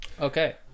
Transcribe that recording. Okay